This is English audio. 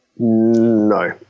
No